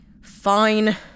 Fine